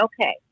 okay